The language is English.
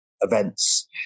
events